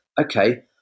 okay